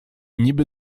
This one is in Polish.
niby